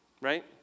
Right